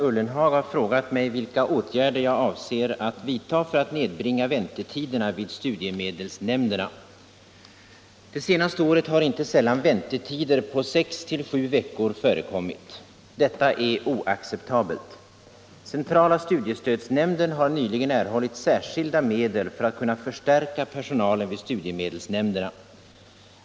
Det senaste året har inte sällan väntetider på 6-7 veckor förekommit. Detta är oacceptabelt. Centrala studiestödsnämnden har nyligen erhållit särskilda medel för att kunna förstärka personalen vid studiemedelsnämnderna.